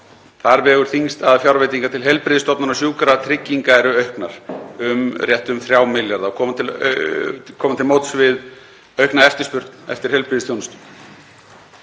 Þar vegur þyngst að fjárveitingar til heilbrigðisstofnana og sjúkratrygginga eru auknar um rétt um 3 milljarða til að koma til móts við aukna eftirspurn eftir heilbrigðisþjónustu.